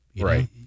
right